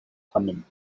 thummim